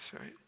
right